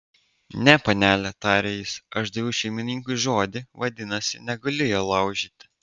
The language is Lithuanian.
ne panele tarė jis aš daviau šeimininkui žodį vadinasi negaliu jo laužyti